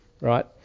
Right